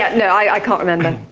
no, i can't remember.